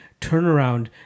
turnaround